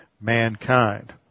mankind